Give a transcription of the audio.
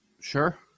Sure